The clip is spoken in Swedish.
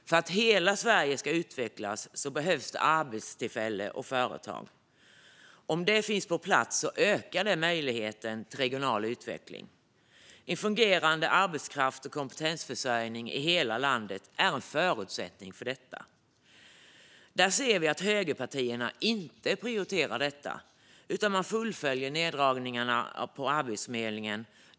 För att hela Sverige ska utvecklas behövs arbetstillfällen och företag. Om detta finns på plats ökar möjligheten till regional utveckling. En fungerande arbetskrafts och kompetensförsörjning i hela landet är en förutsättning för detta. Vi ser att högerpartierna inte prioriterar det här utan fullföljer neddragningarna på Arbetsförmedlingen.